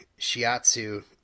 shiatsu